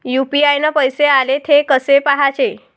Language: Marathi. यू.पी.आय न पैसे आले, थे कसे पाहाचे?